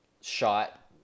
shot